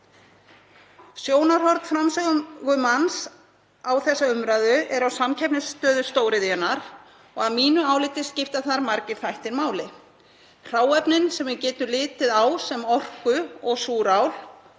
Sjónarhorn framsögumanns á þessa umræðu er á samkeppnisstöðu stóriðjunnar og að mínu áliti skipta þar margir þættir máli: Það eru hráefnin, sem við getum litið á sem orku og súrál,